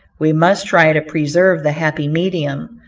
we must try to preserve the happy medium,